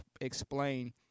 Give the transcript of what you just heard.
explain